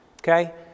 Okay